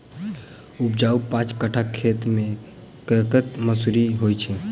उपजाउ पांच कट्ठा खेत मे कतेक मसूरी होइ छै?